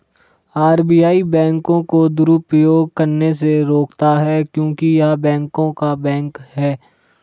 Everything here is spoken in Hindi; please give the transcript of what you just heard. आर.बी.आई बैंकों को दुरुपयोग करने से रोकता हैं क्योंकि य़ह बैंकों का बैंक हैं